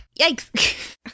Yikes